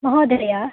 महोदय